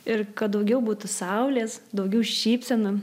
ir kad daugiau būtų saulės daugiau šypsenų